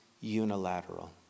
unilateral